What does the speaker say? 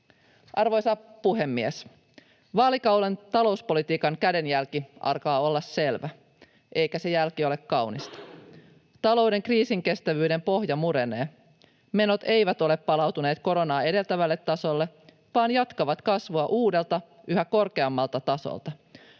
Arvoisa puhemies! Vaalikauden talouspolitiikan kädenjälki alkaa olla selvä, eikä se jälki ole kaunista. Talouden kriisinkestävyyden pohja murenee. Menot eivät ole palautuneet koronaa edeltävälle tasolle vaan jatkavat kasvua uudelta, yhä korkeammalta tasolta.